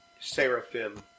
seraphim